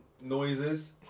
noises